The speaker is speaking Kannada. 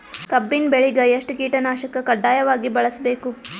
ಕಬ್ಬಿನ್ ಬೆಳಿಗ ಎಷ್ಟ ಕೀಟನಾಶಕ ಕಡ್ಡಾಯವಾಗಿ ಬಳಸಬೇಕು?